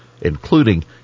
including